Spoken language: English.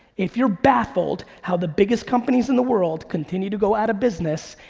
if you're baffled how the biggest companies in the world continue to go out of business,